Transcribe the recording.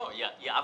לא, "יעביר".